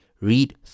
read